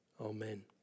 Amen